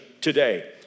today